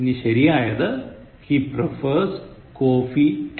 ശരിയായത് He prefers coffee to tea